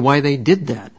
why they did that